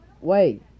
Wait